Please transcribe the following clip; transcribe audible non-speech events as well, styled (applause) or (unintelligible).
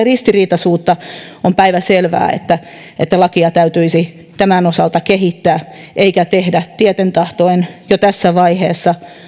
(unintelligible) ristiriitaisuutta on päivänselvää että että lakia täytyisi tämän osalta kehittää eikä tehdä tieten tahtoen jo tässä vaiheessa